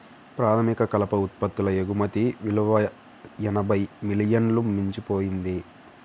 ప్రాథమిక కలప ఉత్పత్తుల ఎగుమతి విలువ ఎనభై మిలియన్లను మించిపోయింది